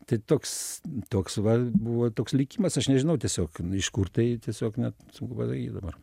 tai toks toks va buvo toks likimas aš nežinau tiesiog iš kur tai tiesiog net sunku pasakyt dabar